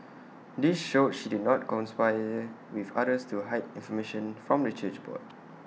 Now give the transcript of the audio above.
this showed she did not conspire with others to hide information from the church board